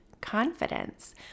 confidence